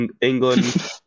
England